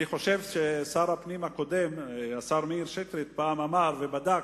אני חושב ששר הפנים הקודם, השר שטרית, פעם בדק